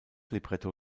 libretto